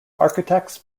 architects